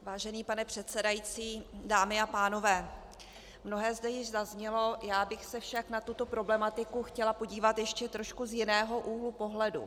Vážený pane předsedající, dámy a pánové, mnohé zde již zaznělo, já bych se však na tuto problematiku chtěla podívat ještě trošku z jiného úhlu pohledu.